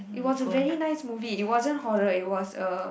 it was a very nice movie it wasn't horror is was a